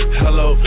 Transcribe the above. hello